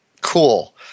Cool